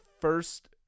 first